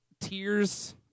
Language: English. tears